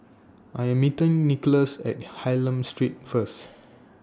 I Am meeting Nicklaus At Hylam Street First